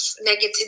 negative